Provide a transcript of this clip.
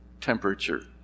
temperature